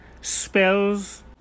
spells